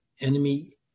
enemy